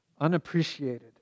unappreciated